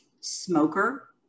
smoker